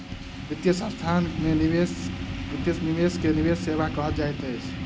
वित्तीय संस्थान में निवेश के निवेश सेवा कहल जाइत अछि